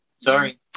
Sorry